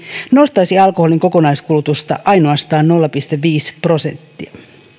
nostaisi alkoholin kokonaiskulutusta ainoastaan nolla pilkku viisi prosenttia